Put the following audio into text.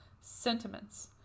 sentiments